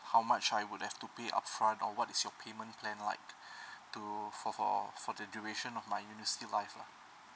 how much I would have to pay upfront or what is your payment plan like to for for for the duration of my university life lah